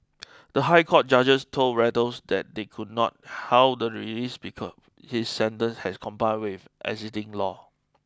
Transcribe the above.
the high court judges told Reuters they could not halt the release because his sentence had complied with existing law